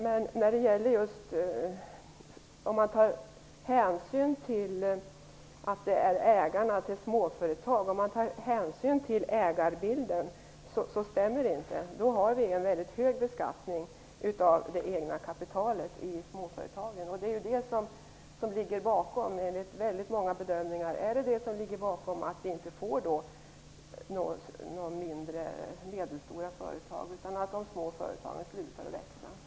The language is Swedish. Men om man tar hänsyn till ägarbilden, dvs. att det är ägarna till småföretag, stämmer det inte. Då har vi en mycket hög beskattning av det egna kapitalet i småföretagen. Enligt väldigt mångas bedömningar är det det som ligger bakom att det inte startas några mindre och medelstora företag; de små företagen slutar att växa.